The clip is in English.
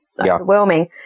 overwhelming